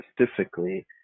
specifically